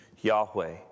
Yahweh